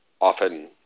often